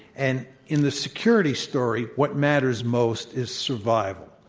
and in the security story what matters most is survival.